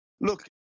Look